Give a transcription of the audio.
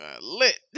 lit